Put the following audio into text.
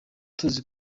tuzi